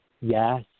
Yes